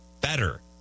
better